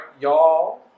y'all